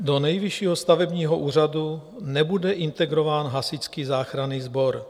Do Nejvyššího stavebního úřadu nebude integrován Hasičský záchranný sbor.